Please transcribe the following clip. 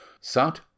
sat